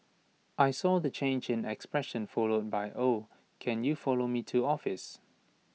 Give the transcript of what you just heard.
I saw the change in expression followed by oh can you follow me to office